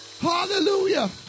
Hallelujah